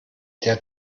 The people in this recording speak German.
der